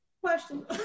question